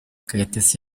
kayitesi